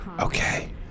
Okay